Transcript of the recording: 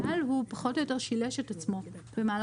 אבל הוא פחות או יותר שילש את עצמו במהלך